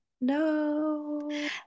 no